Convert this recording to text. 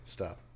Stop